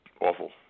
awful